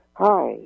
Hi